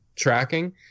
tracking